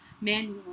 manual